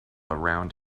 around